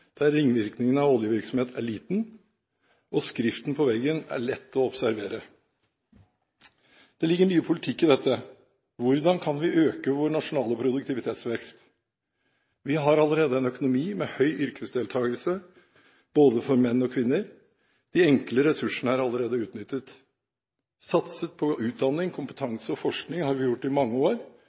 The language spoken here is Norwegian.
der ringvirkningene av oljevirksomheten er liten og «skriften på veggen» er lett å observere. Det ligger mye politikk i dette. Hvordan kan vi øke vår nasjonale produktivitetsvekst? Vi har allerede en økonomi med høy yrkesdeltakelse både for menn og kvinner. De enkle ressursene er allerede utnyttet. Satset på utdanning, kompetanse og forskning har vi gjort i mange år.